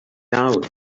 iawn